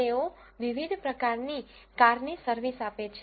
તેઓ વિવિધ પ્રકારની કારની સર્વિસ આપે છે